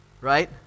Right